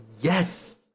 Yes